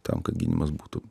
tam kad gydymas gydymas būtų